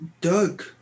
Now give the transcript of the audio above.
Doug